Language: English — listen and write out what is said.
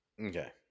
Okay